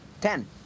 Ten